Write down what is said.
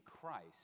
Christ